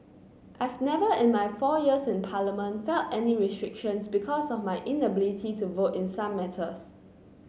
I've never in my four years in Parliament felt any restrictions because of my inability to vote in some matters